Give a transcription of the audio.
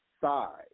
side